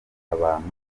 abantu